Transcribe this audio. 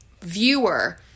viewer